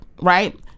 right